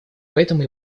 поэтому